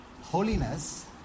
Holiness